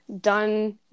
done